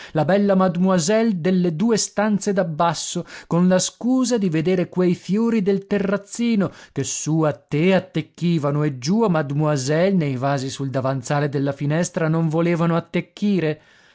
la bella mademoiselle delle due stanze d'abbasso con la scusa di vedere quei fiori del terrazzino che su a te attecchivano e giù a mademoiselle nei vasi sul davanzale della finestra non volevano attecchire